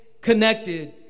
connected